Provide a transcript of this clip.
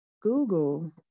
google